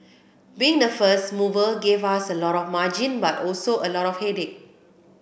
being the first mover gave us a lot of margin but also a lot of headache